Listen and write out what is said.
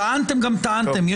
טענתם גם טענתם.